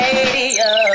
Radio